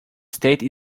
state